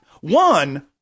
one